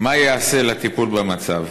מה ייעשה לטיפול במצב?